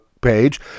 page